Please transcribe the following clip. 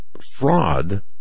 fraud